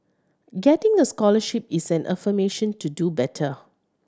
getting a scholarship is an affirmation to do better